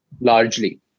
largely